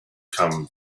come